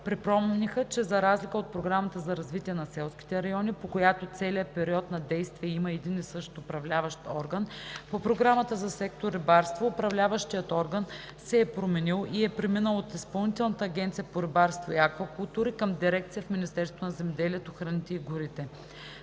Припомниха, че за разлика от Програмата за развитие на селските райони, по която за целия период на действие има един и същ уУправляващ орган, по Програмата за сектор „Рибарство“ уУправляващият орган се е променил и е преминал от Изпълнителната агенция по рибарство и аквакултури към дирекция в Министерството на земеделието храните и горите.